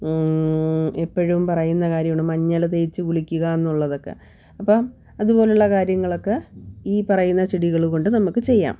എപ്പോഴും പറയുന്ന കാര്യമാണ് മഞ്ഞൾ തേച്ച് കുളിക്കുക എന്നുള്ളതൊക്കെ അപ്പം അതുപോലുള്ള കാര്യങ്ങളൊക്കെ ഈ പറയുന്ന ചെടികൾ കൊണ്ട് നമുക്ക് ചെയ്യാം